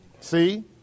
see